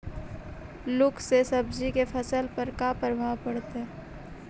लुक से सब्जी के फसल पर का परभाव पड़तै?